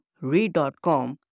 read.com